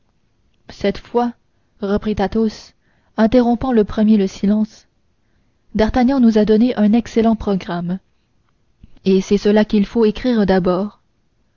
cette fois reprit athos interrompant le premier le silence d'artagnan nous a donné un excellent programme et c'est cela qu'il faut écrire d'abord